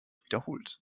wiederholt